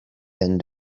end